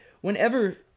whenever